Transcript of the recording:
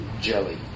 jelly